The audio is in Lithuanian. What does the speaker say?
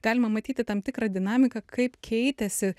galima matyti tam tikrą dinamiką kaip keitėsi